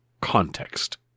context